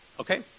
Okay